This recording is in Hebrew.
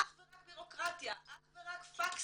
אך ורק בירוקרטיה, אך ורק פקסים,